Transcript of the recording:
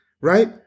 Right